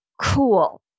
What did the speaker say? cool